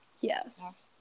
Yes